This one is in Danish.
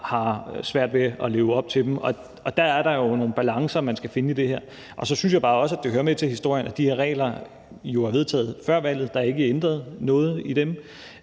har svært ved at leve op til reglerne. Der er der jo nogle balancer, man skal finde i det her. Så synes jeg bare også, at det hører med til historien, at de her regler jo er vedtaget før valget. Der er ikke ændret noget i dem.